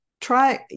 try